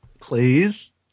Please